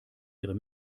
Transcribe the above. ihre